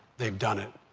they've done it.